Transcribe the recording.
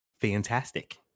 fantastic